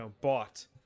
bought